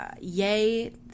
Yay